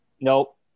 Nope